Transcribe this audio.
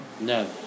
No